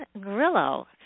Grillo